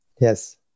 Yes